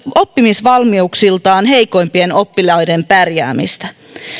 oppimisvalmiuksiltaan heikompien oppilaiden pärjäämistä